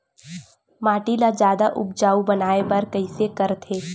माटी ला जादा उपजाऊ बनाय बर कइसे करथे?